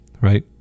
Right